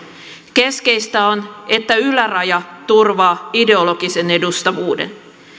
keskeistä on että yläraja turvaa ideologisen edustavuuden